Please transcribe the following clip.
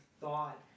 thought